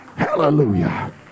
Hallelujah